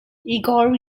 igor